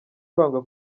kwanga